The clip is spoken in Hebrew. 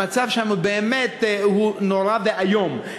המצב שם באמת הוא נורא ואיום,